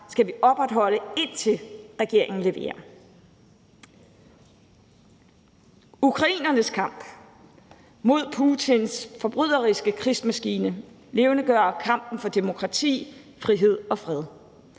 skal vi opretholde, indtil regeringen leverer. Ukrainernes kamp mod Putins forbryderiske krigsmaskine levendegør kampen for demokrati, frihed og fred.